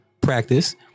practice